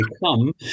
become